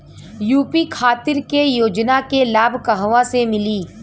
UP खातिर के योजना के लाभ कहवा से मिली?